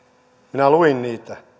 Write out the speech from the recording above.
minä luin niitä ja